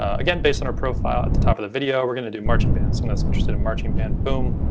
again, based on our profile at the top of the video, we're going to do marching bands, anyone and that's interested in marching band, boom,